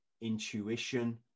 intuition